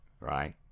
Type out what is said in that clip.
right